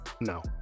No